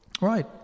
Right